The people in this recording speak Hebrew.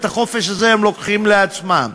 החופש הזה שהם לוקחים לעצמם.